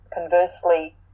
conversely